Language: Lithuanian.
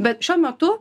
bet šiuo metu